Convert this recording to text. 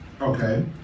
Okay